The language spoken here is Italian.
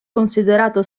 considerato